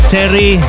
Terry